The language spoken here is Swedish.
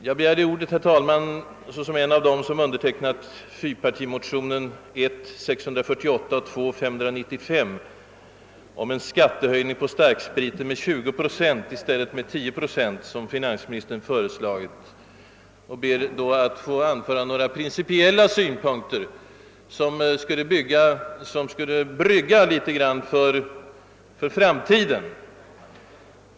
Jag begärde emellertid ordet, herr talman, såsom en av dem som undertecknat fyrpartimotionen II:595, lika lydande med motion nr 1: 648, vari föreslås en skattehöjning på starkspriten med 20 procent i stället för med 10 procent som finansministern föreslagit. Jag skall be att få anföra några principiella synpunkter med särskilt sikte även på framtiden.